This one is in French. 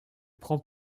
prend